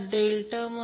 81 असेल तर Ia हे 6